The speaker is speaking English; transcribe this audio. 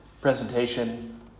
presentation